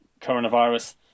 coronavirus